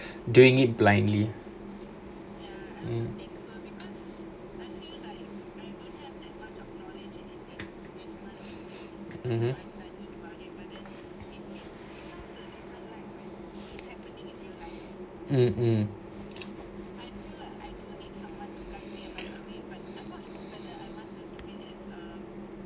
doing it blindly um (uh huh) uh